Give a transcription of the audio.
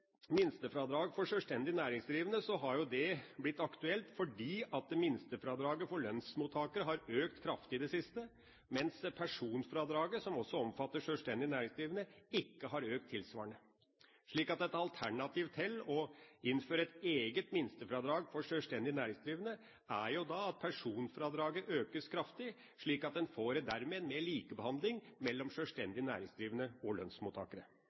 minstefradrag for sjølstendig næringsdrivende, har det blitt aktuelt fordi minstefradraget for lønnsmottakere har økt kraftig i det siste, mens personfradraget, som også omfatter sjølstendig næringsdrivende, ikke har økt tilsvarende. Så et alternativ til å innføre et eget minstefradrag for sjølstendig næringsdrivende er jo da at personfradraget økes kraftig, slik at en dermed får en mer likebehandling mellom sjølstendig næringsdrivende og lønnsmottakere.